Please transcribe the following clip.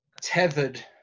tethered